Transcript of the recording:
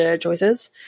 choices